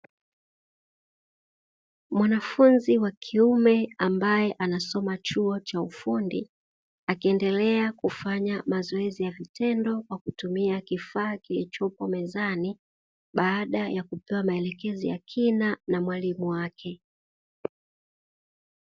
Mwanafunzi wa kiume ambaye anasoma chuo cha ufundi akiendelea kufanya mazoezi ya vitendo kwa kutumia kifaa kilichopo mezani baada ya kupewa maelekezo ya kina na mwalimu wake.